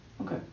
Okay